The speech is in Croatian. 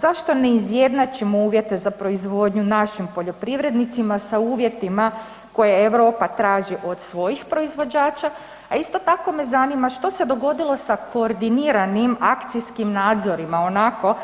Zašto ne izjednačimo uvjete za proizvodnju našim poljoprivrednicima sa uvjetima koje Europa traži od svojih proizvođača a isto tako me zanima što se dogodilo sa koordiniranim akcijskim nadzorima onako